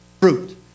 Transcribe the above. fruit